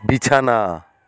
বিছানা